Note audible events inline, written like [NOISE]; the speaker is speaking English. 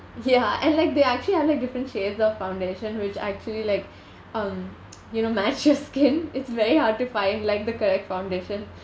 ya and like they actually have like different shades of foundation which actually like [BREATH] um [NOISE] you know match your skin it's very hard to find like the correct foundation